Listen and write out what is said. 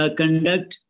conduct